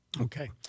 Okay